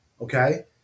okay